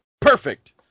perfect